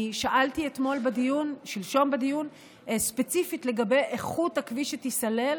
אני שאלתי שלשום בדיון ספציפית לגבי איכות הכביש שייסלל,